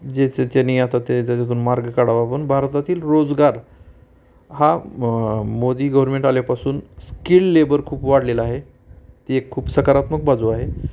ज्याच त्यानी आता ते त्याच्यातून मार्ग काढावा पण भारतातील रोजगार हा मोदी गव्हर्मेंट आल्यापासून स्किल लेबर खूप वाढलेला आहे ती एक खूप सकारात्मक बाजू आहे